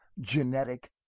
genetic